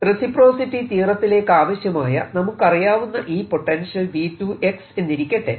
reciprocity തിയറത്തിലേക്കാവശ്യമായ നമുക്കറിയാവുന്ന ഈ പൊട്ടൻഷ്യൽ V2 എന്നിരിക്കട്ടെ